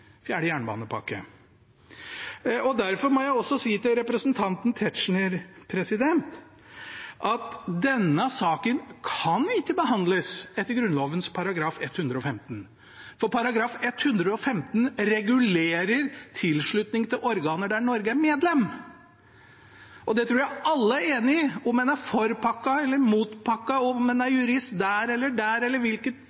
fjerde jernbanepakke. Derfor må jeg også si til representanten Tetzschner at denne saken kan ikke behandles etter Grunnloven § 115, for § 115 regulerer tilslutning til organer der Norge er medlem. Det tror jeg er alle er enig i, om en er for pakka eller mot pakka, om en er